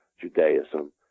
Judaism